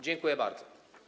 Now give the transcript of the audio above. Dziękuję bardzo.